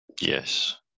Yes